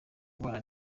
kubana